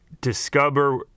discover